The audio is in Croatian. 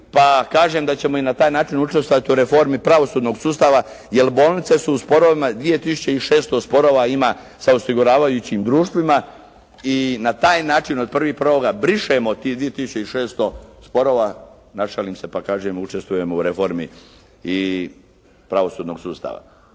kažem da ćemo i na taj način učestvovati u reformi pravosudnog sustava, jer bolnice su u sporovima, 2600 sporova ima sa osiguravajućim društvima i na taj način od 1.1. brišemo tih 2600 sporova našalim se pa kažem učestvujemo u reformi pravosudnog sustava.